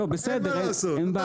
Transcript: בסדר אין בעיה,